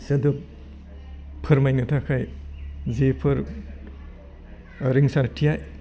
सोदोब फोरमायनो थाखाय जेफोर रिंसारथिया